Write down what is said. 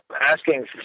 asking